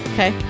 Okay